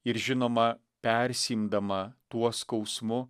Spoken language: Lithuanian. ir žinoma persiimdama tuo skausmu